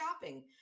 shopping